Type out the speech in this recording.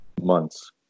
months